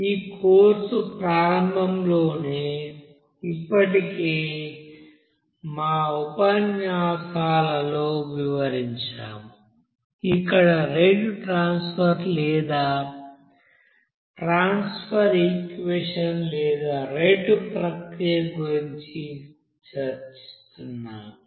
ఈ కోర్సు ప్రారంభంలోనే ఇప్పటికే మా ఉపన్యాసాలలో వివరించాము ఇక్కడ రేటు ట్రాన్సఫర్ లేదా ట్రాన్సఫర్ ఈక్వెషన్ లేదా రేటు ప్రక్రియల గురించి చర్చిస్తున్నాము